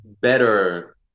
better